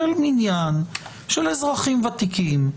של מניין של אזרחים ותיקים.